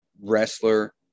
wrestler